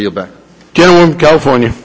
your back general in california